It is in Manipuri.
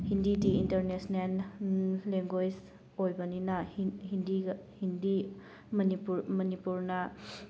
ꯍꯤꯟꯗꯤꯗꯤ ꯏꯟꯇꯔꯅꯦꯁꯅꯦꯜ ꯂꯦꯡꯒ꯭ꯋꯦꯖ ꯑꯣꯏꯕꯅꯤꯅ ꯍꯤꯟꯗꯤꯒ ꯍꯤꯟꯗꯤ ꯃꯅꯤꯄꯨꯔ ꯃꯅꯤꯄꯨꯔꯅ